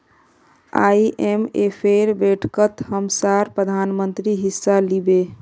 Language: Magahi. आईएमएफेर बैठकत हमसार प्रधानमंत्री हिस्सा लिबे